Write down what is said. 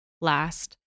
last